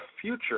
future